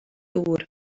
dŵr